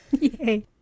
Yay